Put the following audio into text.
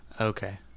okay